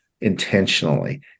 intentionally